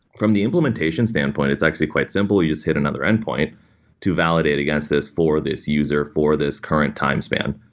from the implementation standpoint, it's actually quite simple. you just hit another endpoint to validate against this for this user, for this current time span.